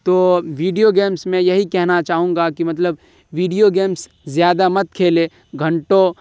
تو video games میں یہی کہنا چاہوں گا کہ مطلب ویڈیو گیمس زیادہ مت کھیلے گھنٹوں